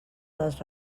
dels